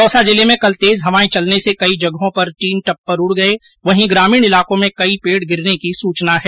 दौसा जिले में कल तेज हवाएं चलने से कई जगहों पर टीन टप्पर उड़ गए वहीं ग्रामीण इलाकों में कई पेड़ गिरने की सूचना है